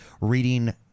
reading